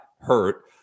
hurt